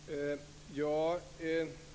Fru talman!